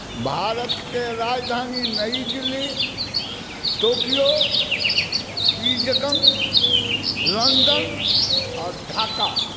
भारतके राजधानी Nai Delhi Tokyo Beijing London आओर ढाका